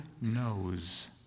knows